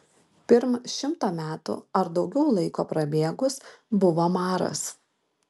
pirm šimto metų ar daugiau laiko prabėgus buvo maras